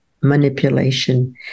manipulation